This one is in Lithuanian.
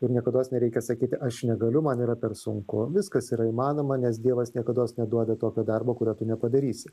ir niekados nereikia sakyti aš negaliu man yra per sunku viskas yra įmanoma nes dievas niekados neduoda tokio darbo kurio tu nepadarysi